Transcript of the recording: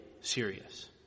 serious